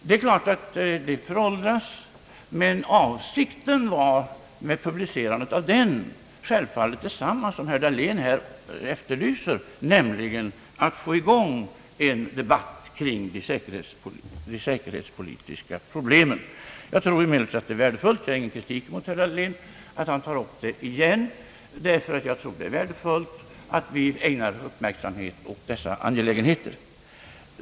Det är klart att ett sådant material föråldras, men avsikten med publicerandet var självfallet densamma som herr Dahlén här efterlyser, nämligen att få i gång en debatt kring de säkerhetskritiska problemen. Jag tror emellertid att det är värdefullt — jag riktar ingen kritik mot herr Dahlén för att han tar upp denna fråga igen — att vi ägnar uppmärksamhet åt dessa angelägenheter.